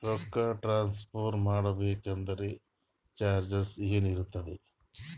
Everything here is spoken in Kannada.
ರೊಕ್ಕ ಟ್ರಾನ್ಸ್ಫರ್ ಮಾಡಬೇಕೆಂದರೆ ಚಾರ್ಜಸ್ ಏನೇನಿರುತ್ತದೆ?